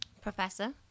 Professor